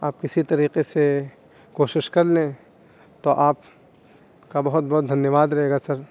آپ کسی طریقے سے کوشش کر لیں تو آپ کا بہت بہت دھنیواد رہے گا سر